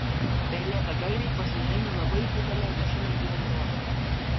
pelėdgalviai pasižymi labai didele rūšine įvairove